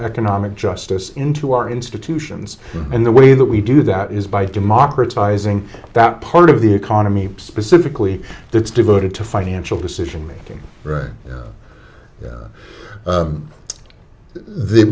economic justice into our institutions and the way that we do that is by democratizing that part of the economy specifically that's devoted to financial decision making right yeah